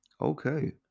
Okay